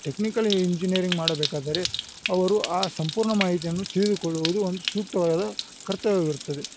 technical engineering ಮಾಡಬೇಕಾದರೆ ಅವರು ಆ ಸಂಪೂರ್ಣ ಮಾಹಿತಿಯನ್ನು ತಿಳಿದುಕೊಳ್ಳುವುದು ಒಂದು ಸೂಕ್ತವಾದ ಕರ್ತವ್ಯವಿರ್ತದೆ